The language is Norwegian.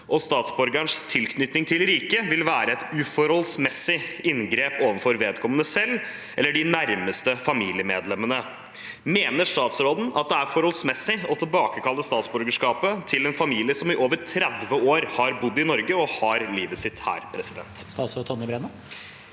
og statsborgerens tilknytning til riket vil være et uforholdsmessig inngrep overfor vedkommende selv eller de nærmeste familiemedlemmene». Mener statsråden at det er forholdsmessig å tilbakekalle statsborgerskapet til en familie som i over 30 år har bodd i Norge og har livet sitt her?» Statsråd Tonje Brenna